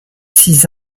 six